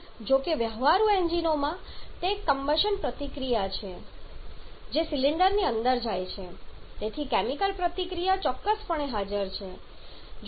જો કે વ્યવહારુ એન્જિનોમાં તે એક કમ્બશન પ્રતિક્રિયા છે જે સિલિન્ડરની અંદર જાય છે તેથી કેમિકલ પ્રતિક્રિયા ચોક્કસપણે હાજર છે